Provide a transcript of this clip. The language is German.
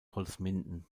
holzminden